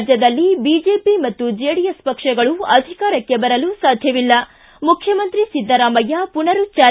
ರಾಜ್ಯದಲ್ಲಿ ಬಿಜೆಪಿ ಮತ್ತು ಜೆಡಿಎಸ್ ಪಕ್ಷಗಳು ಅಧಿಕಾರಕ್ಕೆ ಬರಲು ಸಾಧ್ಯವಿಲ್ಲ ಮುಖ್ಯಮಂತ್ರಿ ಸಿದ್ದರಾಮಯ್ಯ ಮನರುಚ್ಚಾರ